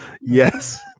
yes